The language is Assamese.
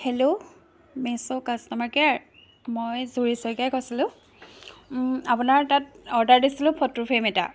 হেল্ল' মেশ্ব কাষ্টমাৰ কেয়াৰ মই জুৰি শইকীয়াই কৈছিলোঁ আপোনাৰ তাত অৰ্ডাৰ দিছিলোঁ ফটো ফ্ৰেম এটা